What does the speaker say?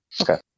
Okay